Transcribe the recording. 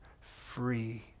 free